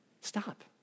stop